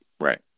Right